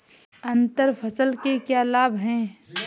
अंतर फसल के क्या लाभ हैं?